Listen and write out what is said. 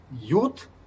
youth